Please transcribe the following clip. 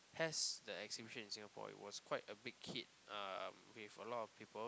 has the exhibition in Singapore it was quite a big hit uh with a lot of people